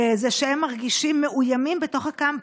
הם כתבו שהם מרגישים מאוימים בתוך הקמפוס,